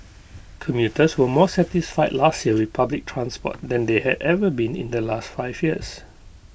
commuters were more satisfied last year with public transport than they had ever been in the last five years